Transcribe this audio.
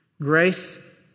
Grace